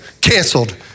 canceled